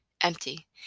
Empty